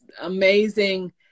amazing